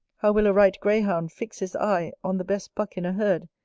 how will a right greyhound fix his eye on the best buck in a herd,